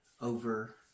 over